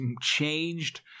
changed